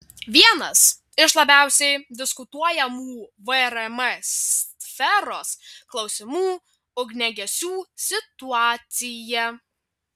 vienas iš labiausiai diskutuojamų vrm sferos klausimų ugniagesių situacija